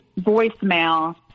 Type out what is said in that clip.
voicemail